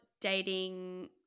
dating